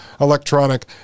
electronic